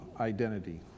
identity